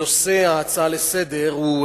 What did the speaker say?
נושא ההצעה לסדר-היום הוא: